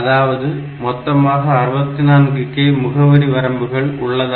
அதாவது மொத்தமாக 64k முகவரி வரம்பு உள்ளது